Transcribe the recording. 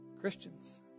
Christians